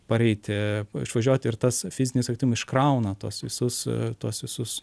pareiti išvažiuoti ir tas fizinis aktyvumas iškrauna tuos visus tuos visus